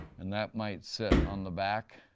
and that might sit on the back